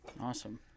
awesome